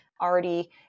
already